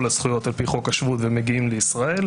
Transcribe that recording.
הזכויות על פי חוק השבות ומגיעים לישראל,